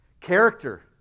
character